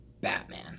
Batman